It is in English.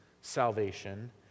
salvation